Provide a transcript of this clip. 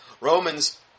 Romans